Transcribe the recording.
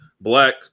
Black